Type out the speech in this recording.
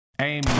Aim